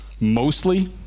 mostly